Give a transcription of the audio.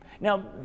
Now